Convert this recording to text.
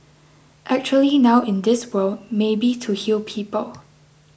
actually now in this world maybe to heal people